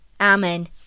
Amen